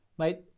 Mate